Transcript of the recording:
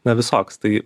na visoks tai